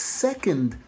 second